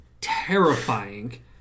terrifying